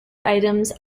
items